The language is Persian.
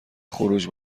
خروج